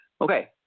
Okay